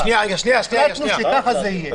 החלטנו שככה זה יהיה.